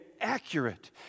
accurate